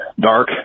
dark